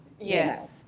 Yes